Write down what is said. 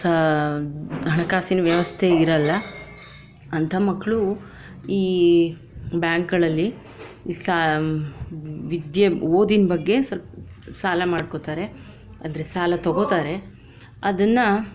ಸಾ ಹಣಕಾಸಿನ ವ್ಯವಸ್ಥೆ ಇರೋಲ್ಲ ಅಂಥ ಮಕ್ಕಳು ಈ ಬ್ಯಾಂಕ್ಗಳಲ್ಲಿ ವಿದ್ಯೆ ಓದಿನ ಬಗ್ಗೆ ಸಾಲ ಮಾಡ್ಕೋಳ್ತಾರೆ ಅಂದರೆ ಸಾಲ ತಗೊಳ್ತಾರೆ ಅದನ್ನ